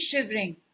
shivering